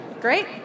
Great